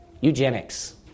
Eugenics